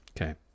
Okay